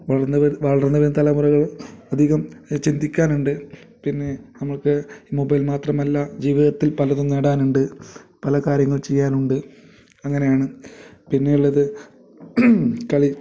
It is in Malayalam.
വളർന്നു വരു വളർന്നു വരുന്ന തലമുറകൾ അധികം ചിന്തിക്കാനുണ്ട് പിന്നെ നമുക്ക് മൊബൈൽ മാത്രമല്ല ജീവിതത്തിൽ പലതും നേടാനുണ്ട് പല കാര്യങ്ങൾ ചെയ്യാനുണ്ട് അങ്ങനെയാണ് പിന്നെ ഉള്ളത് കളി